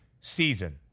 season